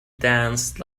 danced